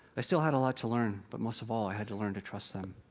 i still had a lot to learn, but most of all, i had to learn to trust them.